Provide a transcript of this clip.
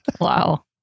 Wow